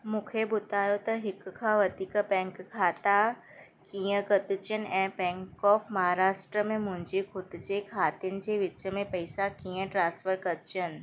मूंखे ॿुधायो त हिकु खां वधीक बैंक खाता कीअं ॻंढिजनि ऐं बैंक ऑफ महाराष्ट्रा में मुंहिंजे ख़ुदि जे ख़ातनि जे विच में पैसा कीअं ट्रांसफर कजनि